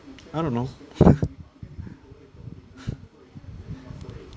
I don't know